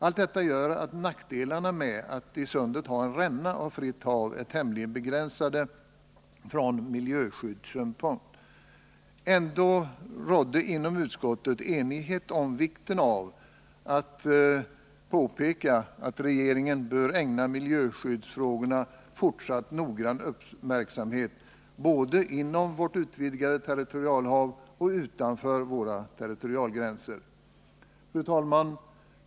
Allt detta gör att nackdelarna med att i sunden ha en ränna av fritt hav är tämligen begränsade från miljöskyddssynpunkt. Ändå rådde inom utskottet enighet om vikten av att regeringen ägnar miljöskyddsfrågorna fortsatt och noggrann uppmärksamhet, både inom vårt utvidgade territorialhav och utanför våra territorialgränser. Fru talman!